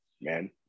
man